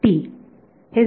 विद्यार्थी